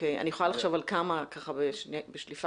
אני יכולה לחשוב על כמה עצים בשליפה.